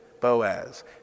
Boaz